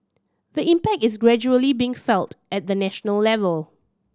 the impact is gradually being felt at the national level